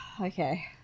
Okay